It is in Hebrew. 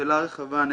שאלה רחבה.